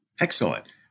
Excellent